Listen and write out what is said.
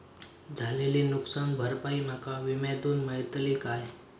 झालेली नुकसान भरपाई माका विम्यातून मेळतली काय?